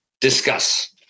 discuss